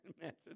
Imagine